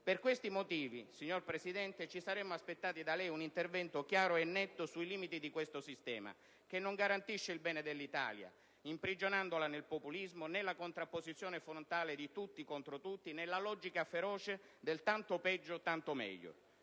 Per questi motivi, signor Presidente del Consiglio, ci saremmo aspettati da lei un intervento chiaro e netto sui limiti di questo sistema che non garantisce il bene dell'Italia imprigionandola nel populismo, nella contrapposizione frontale di tutti contro tutti, nella logica feroce del «tanto peggio tanto meglio».